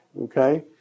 Okay